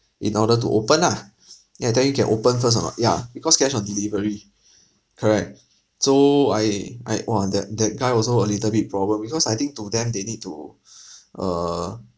in order to open ah then I tell him can open first or not ya because cash on delivery correct so I I !wah! that that guy also a little bit problem because I think to them they need to err